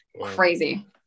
crazy